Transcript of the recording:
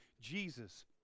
Jesus